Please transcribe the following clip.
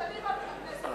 שנים הכנסת,